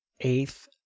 eighth